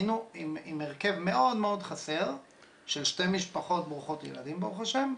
היינו עם הרכב מאוד מאוד חסר של שתי משפחות ברוכות ילדים ברוך השם,